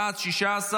בעד, 16,